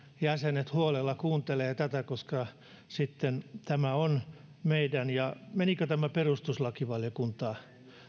jäsenet huolella kuuntelevat tätä koska meidän on ja menikö tämä perustuslakivaliokuntaan